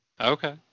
Okay